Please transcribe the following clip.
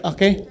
Okay